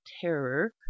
terror